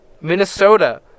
Minnesota